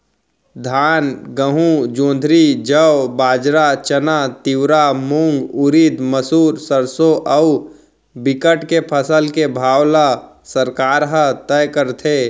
धान, गहूँ, जोंधरी, जौ, बाजरा, चना, तिंवरा, मूंग, उरिद, मसूर, सरसो अउ बिकट के फसल के भाव ल सरकार ह तय करथे